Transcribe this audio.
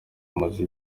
bumaze